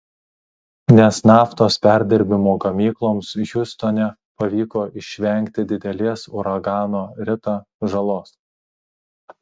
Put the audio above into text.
nes naftos perdirbimo gamykloms hiūstone pavyko išvengti didelės uragano rita žalos